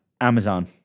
Amazon